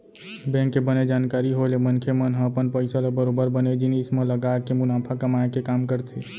bank के बने जानकारी होय ले मनखे मन ह अपन पइसा ल बरोबर बने जिनिस म लगाके मुनाफा कमाए के काम करथे